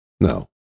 No